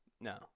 No